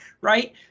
right